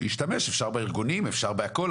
להשתמש אפשר בארגונים והכל,